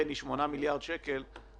כך שכרגע יש כמעט 41,000 בקשות אצל הבנקים.